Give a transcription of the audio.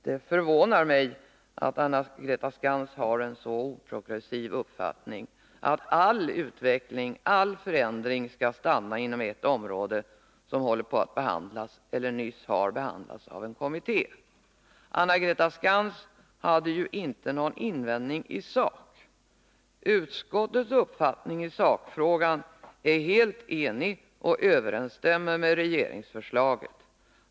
Det förvånar mig att Anna-Greta Skantz har en så oprogressiv uppfattning, att all utveckling, att all förändring skall stanna inom ett område som skall behandlas eller nyss har behandlats av en kommitté. Anna-Greta Skantz hade ju ingen invändning i sak. Utskottet är helt enigt i sakfrågan, och dess betänkande överensstämmer med regeringsförslaget.